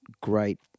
great